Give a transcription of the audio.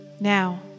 Now